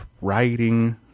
writing